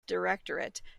directorate